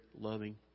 loving